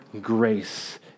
grace